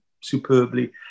superbly